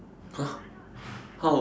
!huh! how